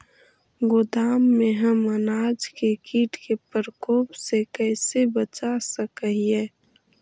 गोदाम में हम अनाज के किट के प्रकोप से कैसे बचा सक हिय?